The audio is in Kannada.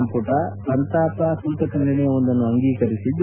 ಸಂಪುಟ ಸಂತಾಪ ಸೂಚಕ ನಿರ್ಣಯವೊಂದನ್ನು ಅಂಗೀಕರಿಸಿದೆ